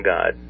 God